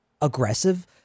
aggressive